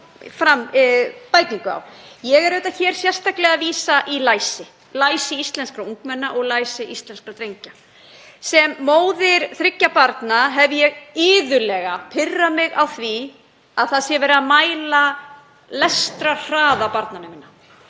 Ég er hér sérstaklega að vísa í læsi íslenskra ungmenna og læsi íslenskra drengja. Sem móðir þriggja barna hef ég iðulega pirrað mig á því að verið sé að mæla lestrarhraða barnanna minna.